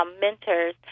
mentors